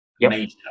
major